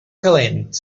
calent